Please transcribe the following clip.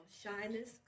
shyness